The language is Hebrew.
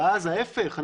ואז ההפך,